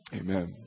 Amen